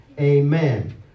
Amen